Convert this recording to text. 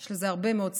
יש לזה הרבה מאוד סיבות.